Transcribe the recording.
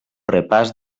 repàs